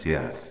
Yes